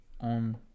on